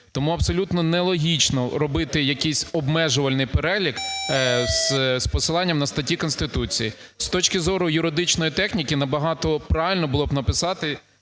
Тому абсолютно нелогічно робити якийсь обмежувальний перелік з посиланням на статті Конституції. З точки зору юридичної техніки, набагато правильно було б написати,